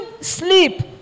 sleep